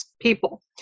people